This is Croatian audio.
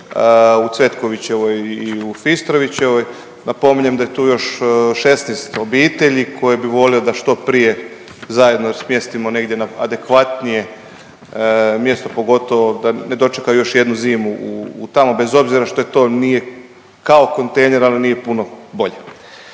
u Cvetkovićevoj i u Fistrovićevoj. Napominjem da je tu još 16 obitelji koje bi volio da što prije zajedno smjestimo negdje na adekvatnije mjesto, pogotovo da ne dočekaju još jednu zimu tamo bez obzira što to nije kao kontejner, ali nije puno bolje.